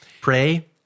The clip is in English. pray